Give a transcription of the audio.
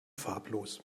farblos